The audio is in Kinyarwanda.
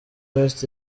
west